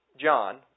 John